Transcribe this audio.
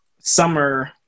summer